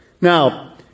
Now